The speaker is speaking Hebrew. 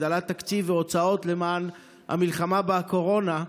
הגדלת תקציב והוצאות למען המלחמה בקורונה.